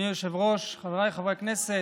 אדוני היושב-ראש, חבריי חברי הכנסת,